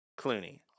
Clooney